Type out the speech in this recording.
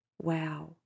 Wow